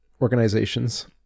organizations